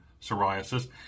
psoriasis